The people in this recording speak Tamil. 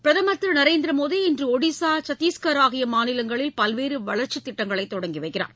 பிரதமர் திரு நரேந்திர மோடி இன்று ஒடிசா சத்திஷ்கர் ஆகிய மாநிலங்களில் பல்வேறு வளர்ச்சித் திட்டங்களை தொடங்கி வைக்கிறார்